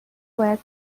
باید